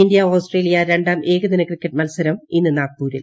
India Australia രണ്ടാം ഏകദിന cricket മത്സരം ഇന്ന് നാഗ്പൂരിൽ